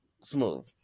smooth